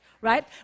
right